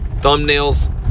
thumbnails